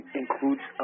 includes